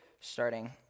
Starting